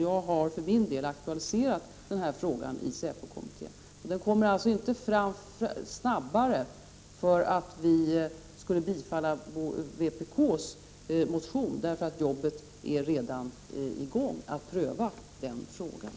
Jag har för min del aktualiserat denna fråga i säpokommittén. Den kommer alltså inte framåt snabbare för att vi bifaller vpk:s motion. Jobbet att pröva den frågan är redan i gång.